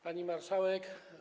Pani Marszałek!